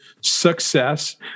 success